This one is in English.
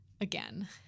again